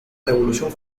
revolución